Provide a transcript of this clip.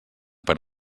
per